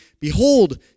behold